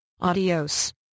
Adios